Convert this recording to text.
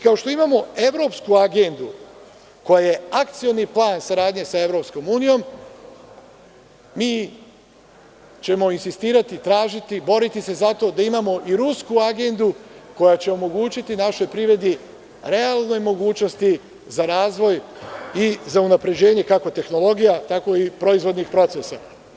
Kao što imamo evropsku agendu koja je akcioni plan saradnje sa EU, mi ćemo insistirati, tražiti i boriti se za to da imamo i rusku agendu koja će omogućiti našoj privredi realne mogućnosti za razvoj i za unapređenje, kako tehnologija, tako i proizvodnih procesa.